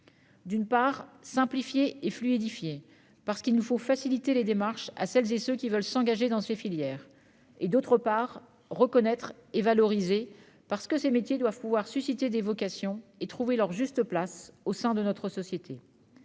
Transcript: D'abord, simplifier et fluidifier, parce qu'il faut faciliter les démarches à celles et ceux qui veulent s'engager dans ces filières. Puis, reconnaître et valoriser, parce que ces métiers doivent pouvoir susciter des vocations et trouver leur juste place au sein de notre société.